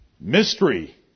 Mystery